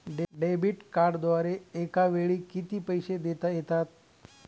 Debit कार्डद्वारे एकावेळी किती पैसे देता येतात?